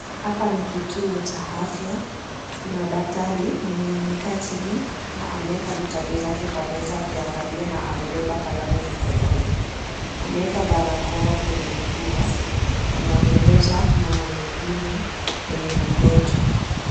Hapa ni kituo cha afya, kuna daktari mwenye amekaa chini na ameweka vitabu zake kwa meza akiangalia na amebeba kalamu mikononi. Ameweka baraka kwenye pua anaongelesha mwingine mwenye ni mgonjwa.